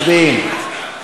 מצביעים.